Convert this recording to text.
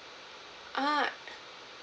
(uh huh)